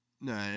No